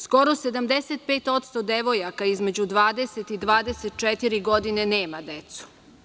Skoro 75% devojaka između 20 i 24 godine nema decu.